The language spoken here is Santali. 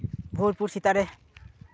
ᱵᱳᱞᱯᱩᱨ ᱥᱮᱛᱟᱜ ᱨᱮ